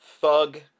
thug